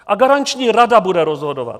A garanční rada bude rozhodovat.